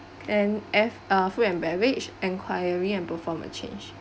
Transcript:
and F uh food and beverage enquiry and perform a change